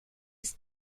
ist